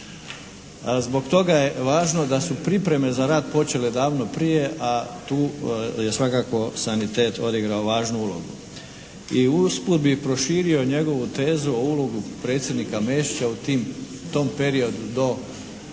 Zbog toga je važno da su pripreme za rat počele davno prije, a tu je svakako sanitet odigrao važnu ulogu. I usput bi proširio njegovu tezu o ulogu predsjednika Mesića u tim, tom periodu do